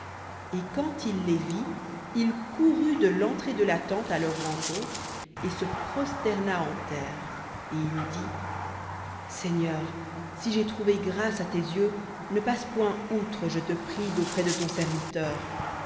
et quand il les vit il courut de l'entrée de la tente à leur rencontre et se prosterna en terre et il dit seigneur si j'ai trouvé grâce à tes yeux ne passe point outre je te prie d'auprès de ton serviteur